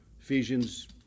Ephesians